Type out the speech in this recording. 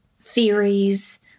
theories